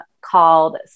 called